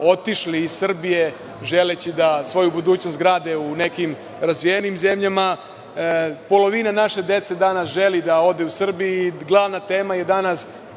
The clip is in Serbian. otišli iz Srbije, želeći da svoju budućnost grade u nekim razvijenim zemljama. Polovina naše dece danas želi da ode u Srbiji. Glavna tema je danas